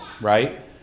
Right